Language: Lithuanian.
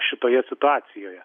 šitoje situacijoje